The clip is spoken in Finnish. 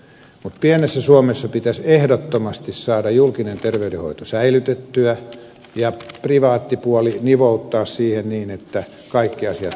mutta pienessä suomessa pitäisi ehdottomasti saada julkinen terveydenhoito säilytettyä ja privaattipuoli nivouttaa siihen niin että kaikki asiat toteutuisivat hyvin